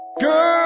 girl